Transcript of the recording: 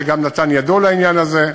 שגם נתן ידו לעניין הזה,